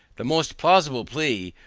the most plausible plea,